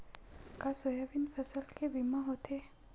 का सोयाबीन फसल के बीमा होथे?